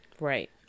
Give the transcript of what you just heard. Right